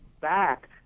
back